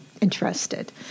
interested